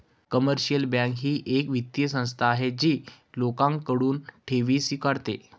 commercial bank ही एक वित्तीय संस्था आहे जी लोकांकडून ठेवी स्वीकारते